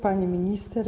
Pani Minister!